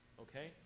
Okay